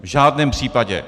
V žádném případě.